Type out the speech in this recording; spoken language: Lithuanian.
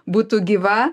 būtų gyva